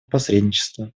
посредничества